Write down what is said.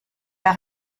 der